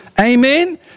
Amen